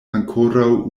ankoraŭ